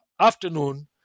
afternoon